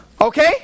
Okay